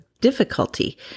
difficulty